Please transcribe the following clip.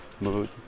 mood